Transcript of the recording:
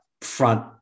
front